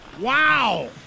Wow